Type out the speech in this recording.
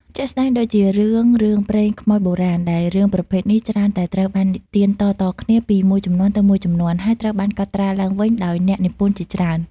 ជាក់ស្តែងដូចជារឿង រឿងព្រេងខ្មោចបុរាណ ដែលរឿងប្រភេទនេះច្រើនតែត្រូវបាននិទានតៗគ្នាពីមួយជំនាន់ទៅមួយជំនាន់ ហើយត្រូវបានកត់ត្រាឡើងវិញដោយអ្នកនិពន្ធជាច្រើន។